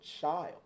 child